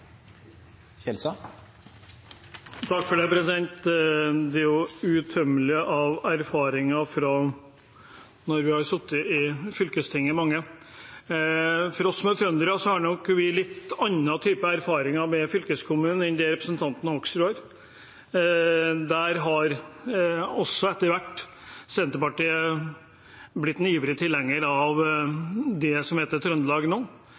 utømmelig kilde med erfaringer fra å ha sittet i fylkestinget, mange av oss. Vi som er trøndere, har nok litt andre erfaringer med fylkeskommunen enn representanten Hoksrud har. Også Senterpartiet har etter hvert blitt en ivrig tilhenger av det som nå heter Trøndelag.